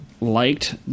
liked